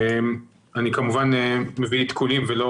אני כמובן מביא עדכונים ולא